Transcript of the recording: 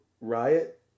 riot